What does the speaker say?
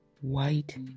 white